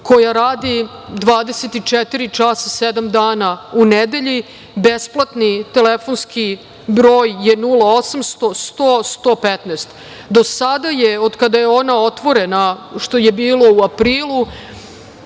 časa sedam dana u nedelji, besplatni telefonski broj je 0800/100115. Do sada je, od kada je ona otvorena, što je bilo u aprilu,